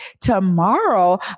Tomorrow